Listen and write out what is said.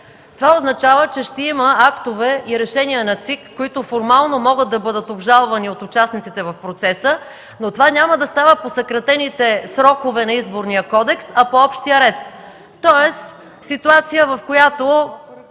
Това означава, че ще има актове и решения на ЦИК, които формално могат да бъдат обжалвани от участниците в процеса, но това няма да става по съкратените срокове на Изборния кодекс, а по общия ред. Тоест ситуация, в която